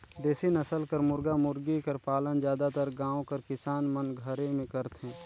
देसी नसल कर मुरगा मुरगी कर पालन जादातर गाँव कर किसान मन घरे में करथे